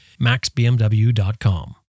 MaxBMW.com